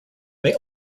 may